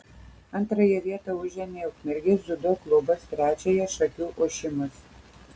antrąją vietą užėmė ukmergės dziudo klubas trečiąją šakių ošimas